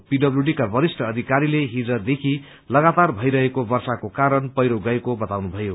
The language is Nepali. पीडब्ल्यूडीका वरिष्ठ अधिकारीले हिजदेखि लगातार भइरहेको वर्षाका कारण पहिरो गएको बताउनुभयो